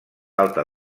alta